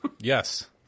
Yes